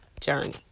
journey